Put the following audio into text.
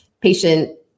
patient